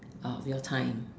of your time